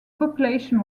population